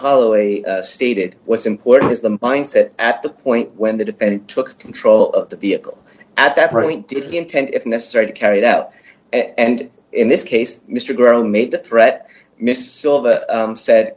holloway stated what's important is the mindset at the point when the defendant took control of the vehicle at that point didn't intend if necessary to carry it out and in this case mr grown made the threat mr s